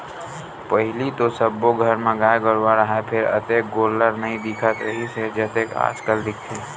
पहिली तो सब्बो घर म गाय गरूवा राहय फेर अतेक गोल्लर नइ दिखत रिहिस हे जतेक आजकल दिखथे